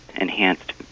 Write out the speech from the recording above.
enhanced